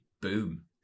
Boom